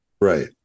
Right